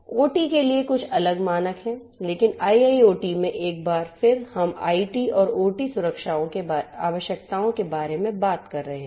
OT के लिए कुछ अलग मानक हैं लेकिन IIoT में एक बार फिर हम IT और OT सुरक्षा आवश्यकताओं के बारे में बात कर रहे हैं